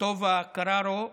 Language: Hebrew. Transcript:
טובה קררו ז"ל,